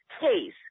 case